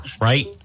right